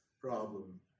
problem